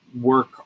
work